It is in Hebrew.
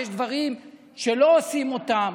יש דברים שלא עושים אותם.